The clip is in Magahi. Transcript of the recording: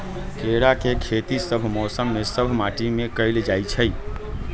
केराके खेती सभ मौसम में सभ माटि में कएल जाइ छै